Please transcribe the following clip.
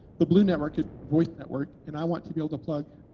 the blue network is a voice network and i want to be able to plug